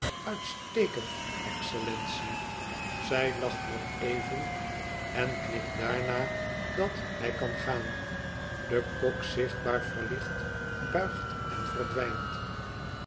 uitstekend excellentie zij lacht nog even en knikt daarna dat hij kan gaan de kok zichtbaar verlicht buigt en verdwijnt